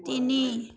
তিনি